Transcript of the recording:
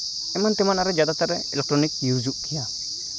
ᱮᱢᱟᱱ ᱛᱮᱢᱟᱱ ᱟᱨᱚ ᱡᱟᱫᱟ ᱛᱟᱨ ᱨᱮ ᱤᱞᱮᱠᱴᱨᱚᱱᱤᱠ ᱭᱩᱡᱚᱜ ᱜᱮᱭᱟ